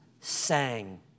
sang